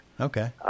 Okay